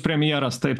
premjeras taip